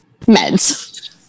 meds